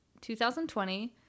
2020